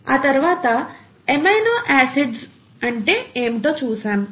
ఆ తరువాత amino acids అంటే ఏమిటో చూసాం